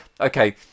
okay